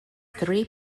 three